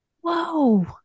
Whoa